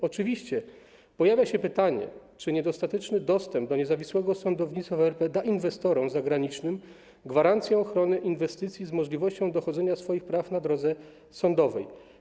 Oczywiście pojawia się pytanie, czy niedostateczny dostęp do niezawisłego sądownictwa w RP da inwestorom zagranicznym gwarancję ochrony inwestycji z możliwością dochodzenia swoich praw na drodze sądowej.